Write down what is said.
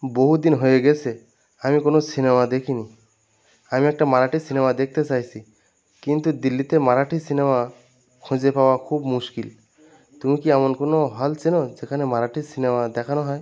বহু দিন হয়ে গেছে আমি কোনও সিনেমা দেখিনি আমি একটা মারাঠি সিনেমা দেখতে চাইছি কিন্তু দিল্লিতে মারাঠি সিনেমা খুঁজে পাওয়া খুব মুশকিল তুমি কি এমন কোনও হল চেনো যেখানে মারাঠি সিনেমা দেখানো হয়